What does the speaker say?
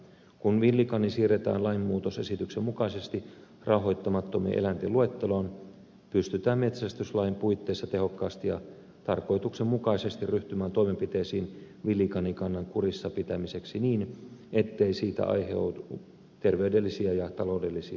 kun villikani siirretään lainmuutosesityksen mukaisesti rauhoittamattomien eläinten luetteloon pystytään metsästyslain puitteissa tehokkaasti ja tarkoituksenmukaisesti ryhtymään toimenpiteisiin villikanikannan kurissa pitämiseksi niin ettei siitä aiheudu terveydellisiä ja taloudellisia vahinkoja